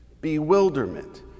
bewilderment